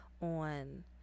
on